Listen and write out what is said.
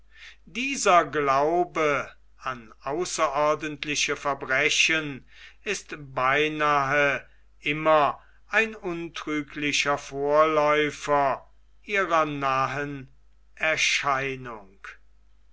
dieser glaube an außerordentliche verbrechen ist beinahe immer ein untrüglicher vorläufer ihrer nahen erscheinung